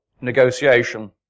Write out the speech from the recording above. negotiation